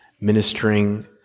ministering